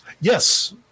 Yes